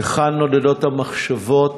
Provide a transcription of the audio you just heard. לאן נודדות המחשבות,